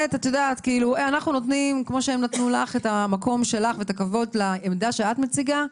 כמו שהם נתנו לך את המקום שלך ואת הכבוד לעמדה שאת מציגה,